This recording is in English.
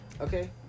Okay